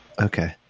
Okay